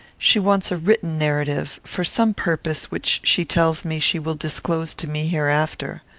she wants a written narrative, for some purpose which she tells me she will disclose to me hereafter.